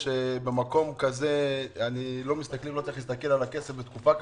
במקום כזה לא צריך להסתכל על הכסף בתקופה כזו.